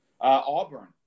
Auburn